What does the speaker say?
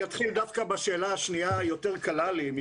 אני אתחיל דווקא בשאלה השנייה, היא יותר קלה לי.